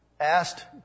asked